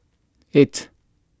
eight